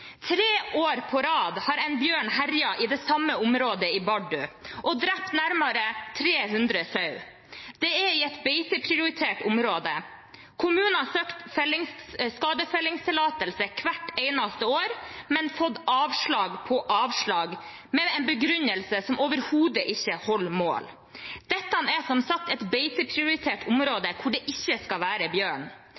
Tre år på rad har en bjørn herjet i det samme området i Bardu og drept nærmere 300 sauer. Det er i et beiteprioritert område. Kommunen har søkt om skadefellingstillatelse hvert eneste år, men fått avslag på avslag med en begrunnelse som overhodet ikke holder mål. Dette er som sagt et beiteprioritert område